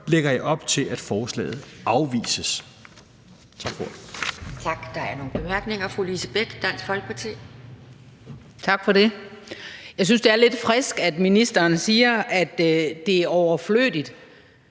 lægger jeg op til, at forslaget afvises. Tak for ordet.